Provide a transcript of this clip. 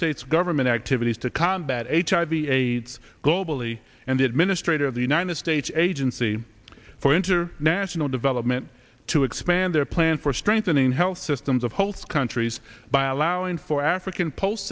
states government activities to that h i b aids globally and the administrator of the united states agency for international development to expand their plan for strengthening health systems of host countries by allowing for african post